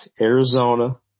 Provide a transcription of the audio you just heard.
Arizona